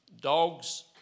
dogs